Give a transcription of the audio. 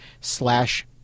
slash